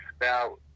Now